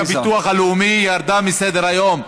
הצעת חוק הביטוח הלאומי ירדה מסדר-היום,